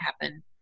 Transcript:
happen